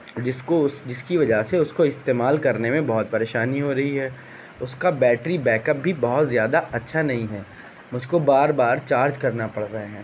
جس کو اس جس کی وجہ سے اس کو استعمال کرنے میں بہت پریشانی ہو رہی ہے اس کا بیٹری بیکپ بھی بہت زیادہ اچھا نہیں ہے مجھ کو بار بار چارج کرنا پڑ رہے ہیں